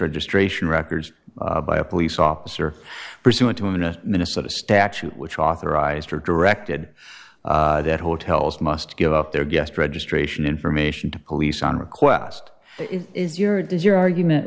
registration records by a police officer pursuant to a minnesota statute which authorized her directed that hotels must give up their guest registration information to police on request it is your does your argument